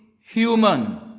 human